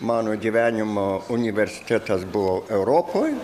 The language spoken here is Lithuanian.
mano gyvenimo universitetas buvo europoj